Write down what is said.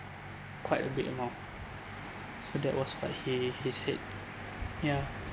quite a big amount so that was what he he said ya